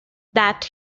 that